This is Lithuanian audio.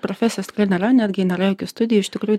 profesijos tikrai nėra netgi nėra jokių studijų iš tikrųjų